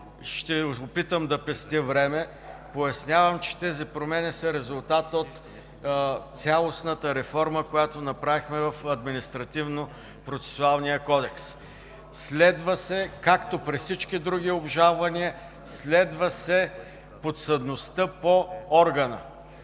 и вицепрезидент. Пояснявам, че тези промени са резултат от цялостната реформа, която направихме в Административнопроцесуалния кодекс. Както при всички други обжалвания, следва се подсъдността по органа.